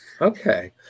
okay